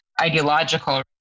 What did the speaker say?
ideological